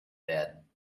werden